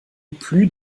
plut